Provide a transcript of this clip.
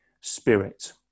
Spirit